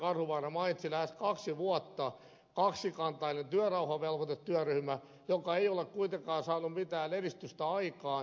karhuvaara mainitsi lähes kaksi vuotta kaksikantainen työrauhavelvoitetyöryhmä joka ei ole kuitenkaan saanut mitään edistystä aikaan